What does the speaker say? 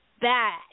bad